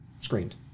screamed